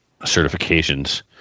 certifications